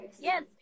Yes